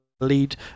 Lead